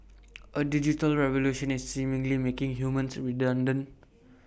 A digital revolution is seemingly making humans redundant